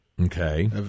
Okay